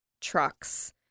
trucks